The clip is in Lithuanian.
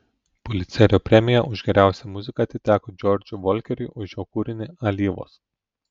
pulicerio premija už geriausią muziką atiteko džordžui volkeriui už jo kūrinį alyvos